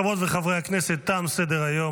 חברות וחברי הכנסת, תם סדר-היום.